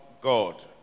God